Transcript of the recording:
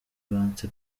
banse